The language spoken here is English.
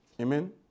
Amen